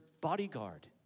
bodyguard